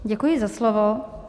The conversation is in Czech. Děkuji za slovo.